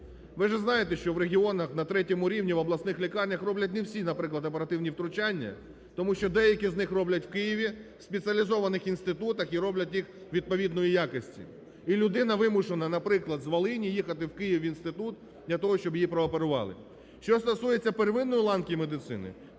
Ви же знаєте, що в регіонах на третьому рівні в обласних лікарнях роблять не всі. Наприклад, оперативні втручання, тому що деякі з них роблять в Києві, в спеціалізованих інститутах і роблять їх відповідної якості. І людина вимушена, наприклад, з Волині їхати в Київ в інститут для того, щоб її прооперували. Що стосується первинної ланки медицини,